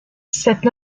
cette